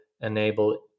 enable